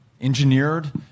Engineered